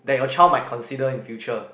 that your child might consider in future